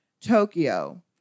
Tokyo